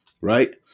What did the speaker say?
right